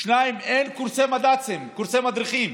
2. אין קורסי מד"צים, קורסי מדריכים.